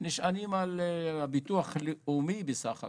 נשענים על הביטוח הלאומי בסך הכל.